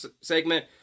segment